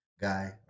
guy